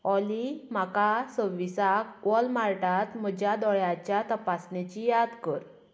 ऑली म्हाका सव्वीसाक वॉलमार्टांत म्हज्या दोळ्याच्या तपासणेची याद कर